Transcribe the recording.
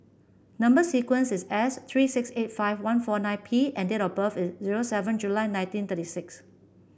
number sequence is S three six eight five one four nine P and date of birth is zero seven July nineteen thirty six